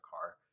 car